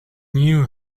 knew